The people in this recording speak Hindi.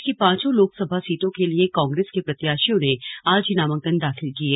प्रदेश की पांचों लोकसभा सीटों के लिए कांग्रेस के प्रत्याशियों ने आज ही नामांकन दाखिल किये